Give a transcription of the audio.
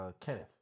Kenneth